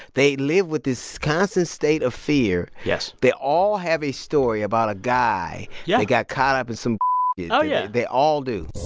they lived with this constant state of fear yes they all have a story about a guy. yeah. that got caught up in some yeah oh, yeah they all do